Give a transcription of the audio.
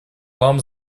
вам